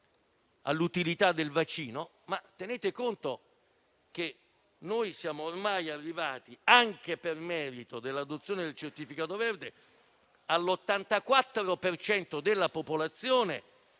all'utilità del vaccino. Tenete conto, tuttavia, che noi siamo ormai arrivati, anche per merito dell'adozione del certificato verde, all'84 per cento della popolazione